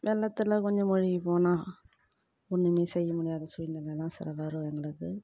வெள்ளத்தில் கொஞ்சம் முழுகி போனால் ஒன்றுமே செய்ய முடியாத சூழ்நெலைலாம் சிலது வரும் எங்களுக்கு